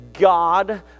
God